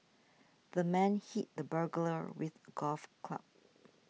the man hit the burglar with a golf club